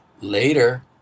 Later